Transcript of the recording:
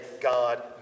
God